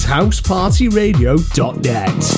HousePartyRadio.net